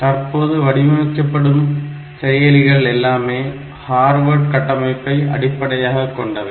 தற்போது வடிவமைக்கப்படும் செயலிகள் எல்லாமே ஹார்வர்டு கட்டமைப்பை அடிப்படையாக கொண்டவை